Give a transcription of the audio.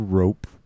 rope